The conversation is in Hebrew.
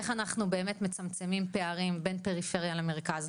איך אנחנו באמת מצמצמים פערים בין פריפריה למרכז.